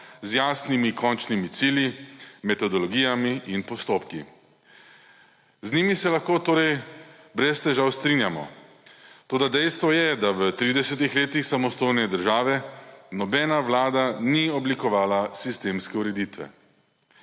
z jasnimi končnimi cilji, metodologijami in postopki. Z njimi se lahko torej brez težav strinjamo. Toda dejstvo je, da v tridesetih letih samostojne države nobena vlada ni oblikovala sistemske ureditve.